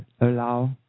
allow